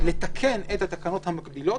לתקן את התקנות המקבילות,